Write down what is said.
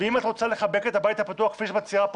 ואם את רוצה לחבק את הבית הפתוח כפי שאת מציעה פה,